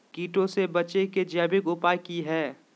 कीटों से बचे के जैविक उपाय की हैय?